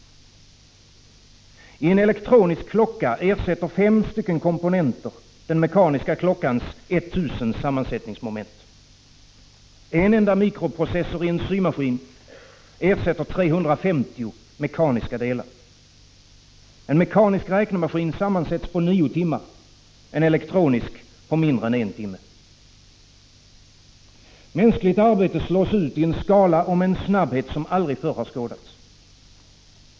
I en elektronisk klocka ersätter 5 komponenter den mekaniska klockans 1000 sammansättningsmoment. En enda mikroprocessor i en symaskin ersätter 350 mekaniska delar. En mekanisk räknemaskin sammansätts på nio timmar, en elektronisk på mindre än en timme. Mänskligt arbete slås ut i en skala och med en snabbhet som aldrig förr har skådats.